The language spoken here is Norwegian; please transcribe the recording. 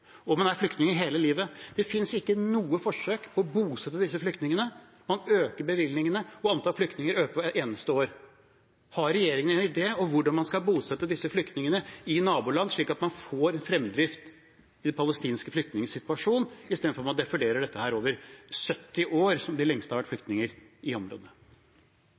finnes ikke noe forsøk på å bosette disse flyktningene. Man øker bevilgningene, og antallet flyktninger øker hvert eneste år. Har regjeringen en idé om hvordan man skal bosette disse flyktningene i naboland, slik at man får fremdrift i palestinske flyktningers situasjon, i stedet for å fordele dette over 70 år, som er det lengste noen har vært flyktninger i dette området?